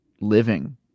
living